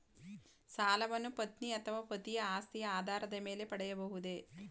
ಸಾಲವನ್ನು ಪತ್ನಿ ಅಥವಾ ಪತಿಯ ಆಸ್ತಿಯ ಆಧಾರದ ಮೇಲೆ ಪಡೆಯಬಹುದೇ?